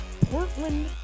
Portland